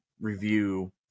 review